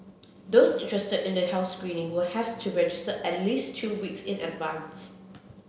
those interested in the health screening will have to register at least two weeks in advance